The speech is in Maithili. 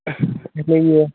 बुझलियै